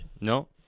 No